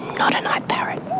not a night parrot.